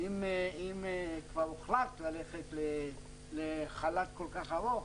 אם כבר הוחלט ללכת לחל"ת כל כך ארוך,